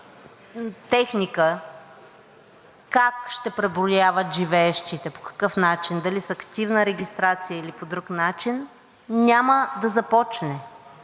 техника как ще преброяват живеещите, по какъв начин, дали с активна регистрация или по друг начин – няма да започне.